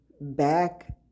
back